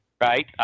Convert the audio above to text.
right